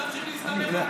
סליחה,